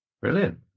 Brilliant